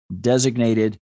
designated